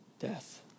death